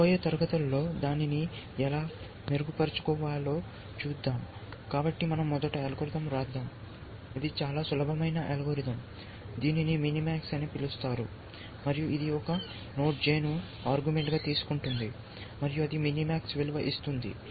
రాబోయే తరగతులలో దానిని ఎలా మెరుగుపరుచుకోవాలో చూద్దాం కాబట్టి మనం మొదట అల్గోరిథం వ్రాద్దాం ఇది చాలా సులభమైన అల్గోరిథం దీనిని మినిమాక్స్ అని పిలుస్తారు మరియు ఇది ఒక నోడ్ J ను ఆర్గుమెంట్ గా తీసుకుంటుంది మరియు అది మినిమాక్స్ విలువ ఇస్తుంది